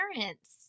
parents